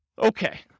Okay